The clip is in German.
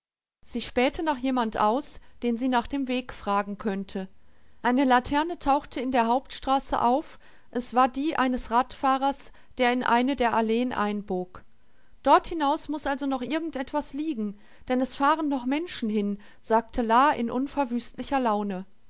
sie spähte nach jemand aus den sie nach dem weg fragen könnte eine laterne tauchte in der hauptstraße auf es war die eines radfahrers der in eine der alleen einbog dort hinaus muß also noch irgend etwas liegen denn es fahren noch menschen hin sagte la in unverwüstlicher laune